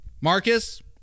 Marcus